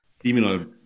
Similar